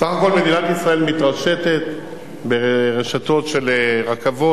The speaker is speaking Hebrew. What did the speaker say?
בסך הכול מדינת ישראל מתרשתת ברשתות של רכבות,